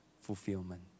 fulfillment